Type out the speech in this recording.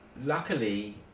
luckily